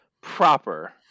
proper